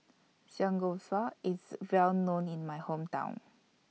Samgeyopsal IS Well known in My Hometown